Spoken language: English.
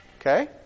Okay